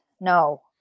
No